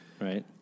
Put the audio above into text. Right